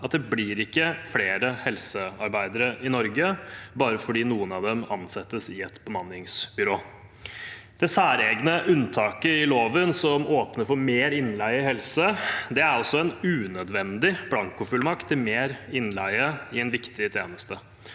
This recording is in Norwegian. at det ikke blir flere helsearbeidere i Norge bare fordi noen av dem ansettes i et bemanningsbyrå. Det særegne unntaket i loven som åpner for mer innleie i helsesektoren, er altså en unødvendig blankofullmakt til mer innleie i en viktig tjeneste.